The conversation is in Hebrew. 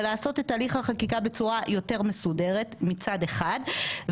ולעשות את הליך החקיקה בצורה יותר מסודרת מצד אחד.